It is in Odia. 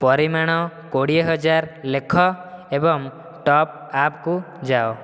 ପରିମାଣ କୋଡ଼ିଏ ହଜାର ଲେଖ ଏବଂ ଟପ୍ ଆପ୍କୁ ଯାଅ